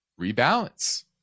rebalance